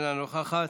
איננה נוכחת.